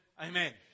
Amen